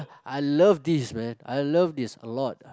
I love this man I love this a lot